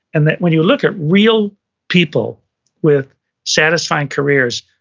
and then when you look at real people with satisfying careers,